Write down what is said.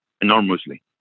enormously